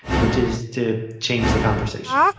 which is to change the conversation.